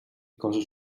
cossos